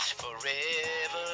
forever